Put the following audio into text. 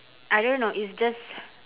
I don't know it's just